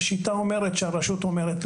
השיטה אומרת שהרשות אומרת,